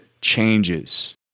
changes